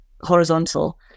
horizontal